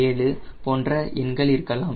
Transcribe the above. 7 போன்ற எண்கள் இருக்கலாம்